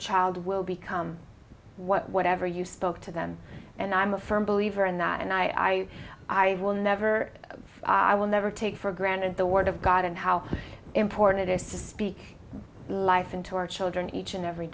child will become whatever you spoke to them and i'm a firm believer in that and i i i will never i will never take for granted the word of god and how important it is just speak life into our children each and every